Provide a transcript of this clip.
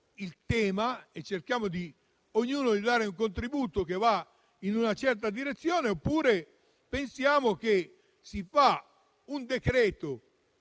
il tema e cerchiamo ognuno di dare un contributo che va in una certa direzione, oppure pensiamo che basti fare un decreto